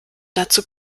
dazu